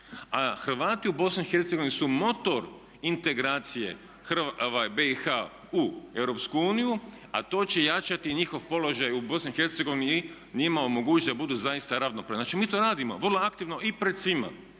i Hercegovini su motor integracije BiH u EU, a to će jačati njihov položaj u Bosni i Hercegovini i njima omogućiti da budu zaista ravnopravni. Znači, mi to radimo vrlo aktivno i pred svima